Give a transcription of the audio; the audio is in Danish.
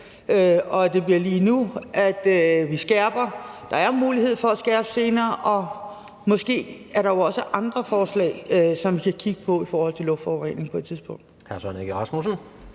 det bliver lige nu, at vi skærper reglerne. Der er mulighed for at skærpe dem senere, og måske er der også andre forslag, som vi kan kigge på i forhold til luftforureningen på et tidspunkt.